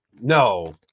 No